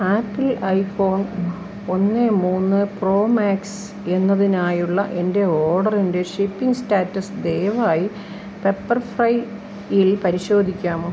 apple iPhone ഒന്ന് മൂന്ന് pro max എന്നതിനായുള്ള എൻ്റെ ഓർഡറിൻ്റെ ഷിപ്പിംഗ് സ്റ്റാറ്റസ് ദയവായി പെപ്പർഫ്രൈയിൽ പരിശോധിക്കാമോ